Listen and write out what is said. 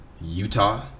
Utah